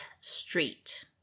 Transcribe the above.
Street